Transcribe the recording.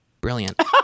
brilliant